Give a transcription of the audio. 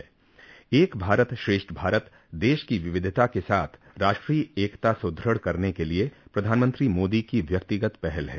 एक भारत श्रेष्ठ भारत देश की विविधता के साथ राष्ट्रीय एकता सुदृढ़ करने के लिए प्रधानमंत्री मोदी की व्यक्तिगत पहल है